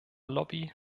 lobby